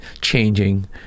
changing